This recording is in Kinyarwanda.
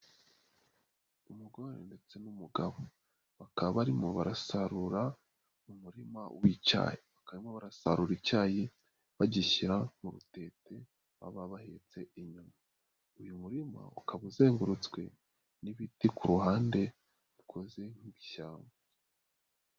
Umugore ndetse n'umugabo bakaba arimo barasarura umurima w'icyayi, bakaba barimo barasarura icyayi bagishyira mu rutete baba bahetse inyuma. Uyu murima ukaba uzengurutswe n'ibiti ku ruhande rukoze ishyamba.